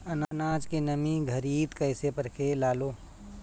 आनाज के नमी घरयीत कैसे परखे लालो?